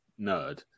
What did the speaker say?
nerd